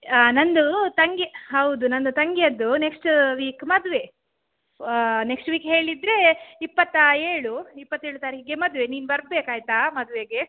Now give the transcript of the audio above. ಆ ನನ್ನದು ತಂಗಿ ಹೌದು ನನ್ನದು ತಂಗಿಯದ್ದು ನೆಕ್ಸ್ಟ್ ವೀಕ್ ಮದುವೆ ನೆಕ್ಸ್ಟ್ ವೀಕ್ ಹೇಳಿದರೆ ಇಪ್ಪತ್ತ ಏಳು ಇಪ್ಪತ್ತೇಳು ತಾರೀಖಿಗೆ ಮದುವೆ ನೀನು ಬರಬೇಕಾಯಿತಾ ಮದುವೆಗೆ